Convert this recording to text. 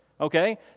okay